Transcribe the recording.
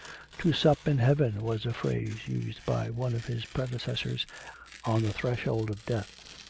to sup in heaven was a phrase used by one of his predecessors on the threshold of death.